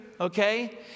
okay